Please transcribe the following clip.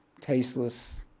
tasteless